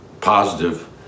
positive